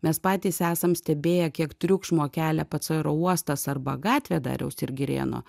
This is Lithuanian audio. mes patys esam stebėję kiek triukšmo kelia pats oro uostas arba gatvė dariaus ir girėno